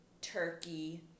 turkey